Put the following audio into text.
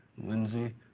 lindsey,